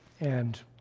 and